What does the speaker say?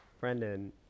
Brendan